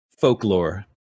folklore